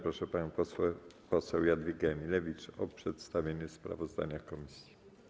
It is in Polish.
Proszę panią poseł Jadwigę Emilewicz o przedstawienie sprawozdania komisji.